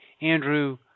Andrew